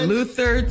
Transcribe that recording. Luther